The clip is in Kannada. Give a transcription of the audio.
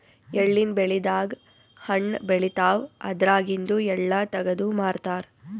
ಎಳ್ಳಿನ್ ಬೆಳಿದಾಗ್ ಹಣ್ಣ್ ಬೆಳಿತಾವ್ ಅದ್ರಾಗಿಂದು ಎಳ್ಳ ತಗದು ಮಾರ್ತಾರ್